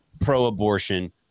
pro-abortion